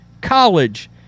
college